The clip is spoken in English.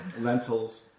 lentils